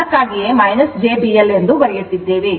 ಅದಕ್ಕಾಗಿಯೇ jBL ಎಂದು ಬರೆಯುತ್ತಿದ್ದೇವೆ